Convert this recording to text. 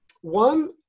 One